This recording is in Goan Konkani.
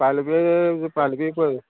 फाल्यां बी फाल्यां बी पय